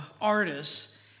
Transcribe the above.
artists